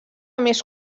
més